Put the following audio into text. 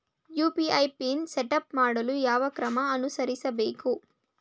UPI pin setup ಮಾಡಲು ಯಾವ ಕ್ರಮ ಅನುಸರಿಸಬೇಕು?